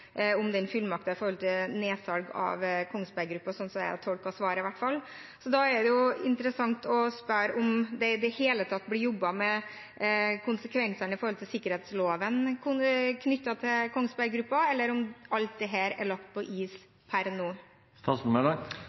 om den fullmakten når det gjelder nedsalg av Kongsberg Gruppen. Slik har i hvert fall jeg tolket svaret. Da er det interessant å spørre om det i det hele tatt blir jobbet med konsekvensene med hensyn til sikkerhetsloven knyttet til Kongsberg Gruppen, eller om alt dette er lagt på is per